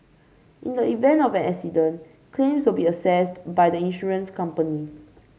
in the event of an accident claims will be assessed by the insurance company